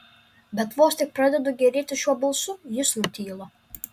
bet vos tik pradedu gėrėtis šiuo balsu jis nutyla